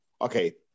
Okay